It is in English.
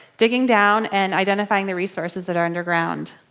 digging down and identifying the resources that are underground.